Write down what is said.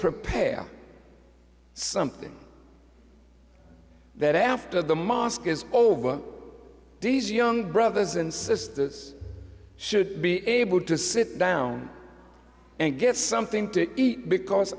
prepare something that after the mosque is over these young brothers and sisters should be able to sit down and get something to eat because